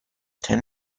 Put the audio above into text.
ten